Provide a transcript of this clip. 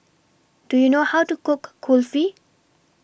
Do YOU know How to Cook Kulfi